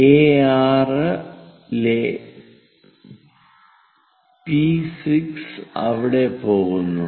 A6 ലെ P6 അവിടെ പോകുന്നു